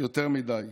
יותר מדי.